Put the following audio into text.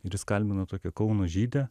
ir jis kalbino tokią kauno žydę